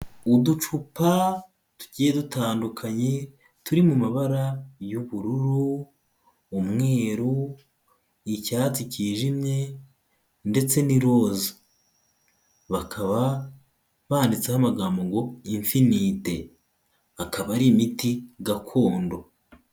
Uducupa tugiye dutandukanye turi mu mabara y'ubururu, umweru, icyatsi kijimye ndetse n'i roza, bakaba banditseho amagambo ngo ''Infinite'' akaba ari imiti gakondo.